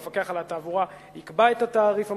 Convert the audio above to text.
המפקח על התעבורה יקבע את התעריף המוגדל,